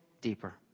deeper